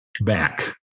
back